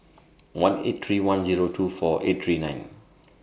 one eight three one Zero two four eight three nine